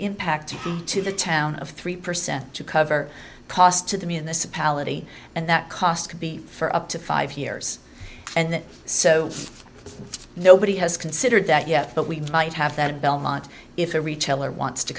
impact to the town of three percent to cover cost to the municipality and that cost could be for up to five years and so nobody has considered that yet but we might have that in belmont if a retailer wants to